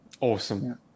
Awesome